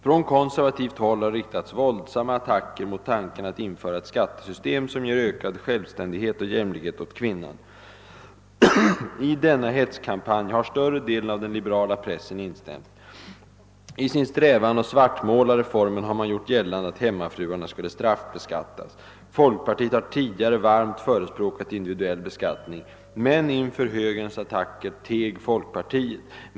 Från konservativt håll har riktats våldsamma attacker mot tanken att införa ett skattesystem som ger ökad självständighet och jämlikhet åt kvinnan. I denna hetskampanj har större delen av den liberala pressen instämt. I sin strävan att svartmåla reformen har man gjort gällande att hemmafruarna skulle straffbeskattas. Folkpartiet har tidigare varmt förespråkat individuell beskattning, men inför högerns attacker teg folkpartiet.